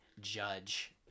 judge